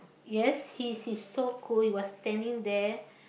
yes he's he's so cool he was standing there